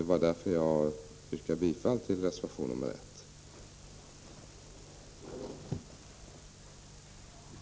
Det var därför jag yrkade bifall till reservation nr 1.